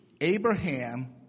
Abraham